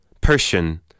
Persian